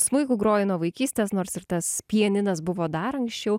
smuiku groji nuo vaikystės nors ir tas pianinas buvo dar anksčiau